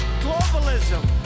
globalism